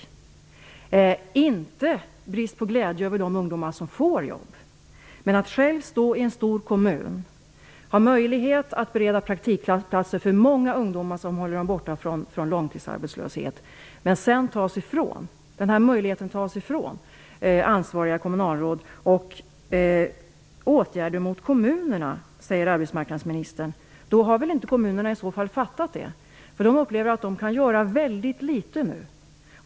Det är inte brist på glädje över det antal ungdomar som får jobb. I en stor kommun skulle man ha möjlighet att bereda praktikplatser för många ungdomar, vilket skulle rädda dem från långtidsarbetslöshet. Denna möjlighet tas ifrån ansvariga kommunalråd. Arbetsmarknadsministern talade om åtgärder mot kommunerna. I så fall har kommunerna inte fattat det. De upplever att de inte kan göra särskilt mycket nu.